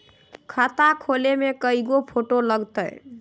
खाता खोले में कइगो फ़ोटो लगतै?